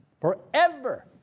Forever